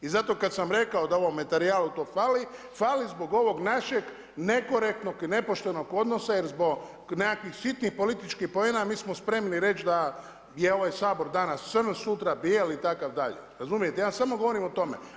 I zato kada sam rekao da u ovom materijalu to fali, fali zbog ovog našeg nekorektnog i nepoštenog odnosa i zbog nekakvih sitnih političkih poena mi smo spremni reći da je ovaj Sabor danas crn, sutra bijel itd. razumijete, ja samo govorim o tome.